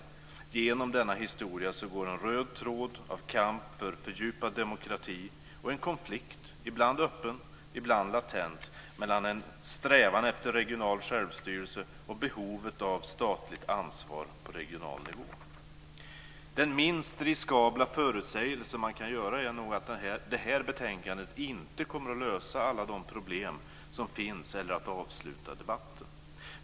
Genom denna historia går en röd tråd av kamp för fördjupad demokrati och en konflikt, ibland öppen och ibland latent, mellan en strävan efter regional självstyrelse och behovet av statligt ansvar på regional nivå. Den minst riskabla förutsägelse man kan göra är nog att det här betänkandet inte kommer att lösa alla de problem som finns eller att avsluta debatten.